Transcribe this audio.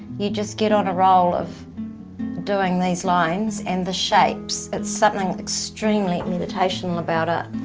you just get on a role of doing these lines and the shapes, it's something extremely meditational about it.